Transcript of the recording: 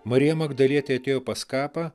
marija magdalietė atėjo pas kapą